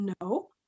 no